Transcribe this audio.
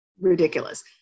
ridiculous